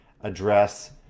address